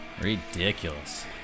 Ridiculous